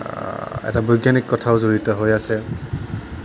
এটা বৈজ্ঞানিক কথাও জড়িত হৈ আছে